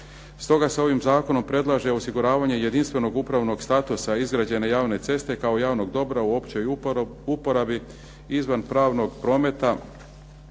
Stoga se ovim zakonom predlaže osiguravanje jedinstvenog upravnog statusa izgrađene javne ceste kao javnog dobra u općoj uporabi izvan pravnog prometa